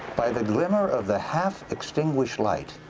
by the glimmer of the half-extinguished light,